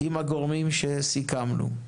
עם הגורמים שסיכמנו.